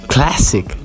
Classic